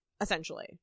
essentially